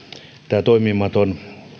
tämä toimimaton